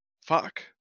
fuck